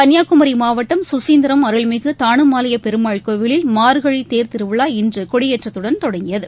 கள்ளியாகுமரி மாவட்டம் சுசீந்திரம் அருள்மிகு தானுமாலைய பெருமாள் கோவிலில் மா்கழி தேர் திருவிழா இன்று கொடியேற்றத்துடன் தொடங்கியது